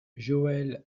joël